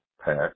pack